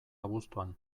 abuztuan